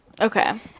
Okay